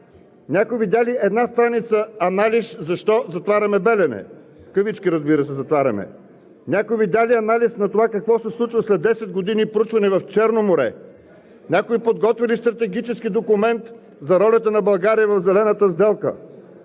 Някой видя ли една страница анализ защо затваряме „Белене“ – в кавички, разбира се, затваряме? Някой видя ли анализ на това какво се случва след десет години проучване в Черно море? Някой подготви ли стратегически документ за ролята на България в зелената сделка?